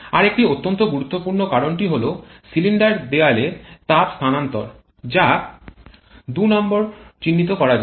আর একটি অত্যন্ত গুরুত্বপূর্ণ কারণটি হল সিলিন্ডার দেয়ালে তাপ স্থানান্তর যা ২ নম্বর চিহ্নিত করা যায়